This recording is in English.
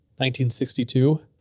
1962